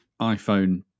iphone